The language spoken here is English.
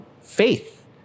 faith